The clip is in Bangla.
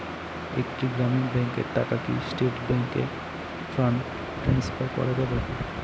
একটি গ্রামীণ ব্যাংকের টাকা কি স্টেট ব্যাংকে ফান্ড ট্রান্সফার করা যাবে?